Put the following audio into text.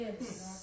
Yes